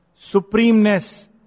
supremeness